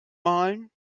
malen